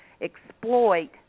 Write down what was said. exploit